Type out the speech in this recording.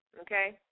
okay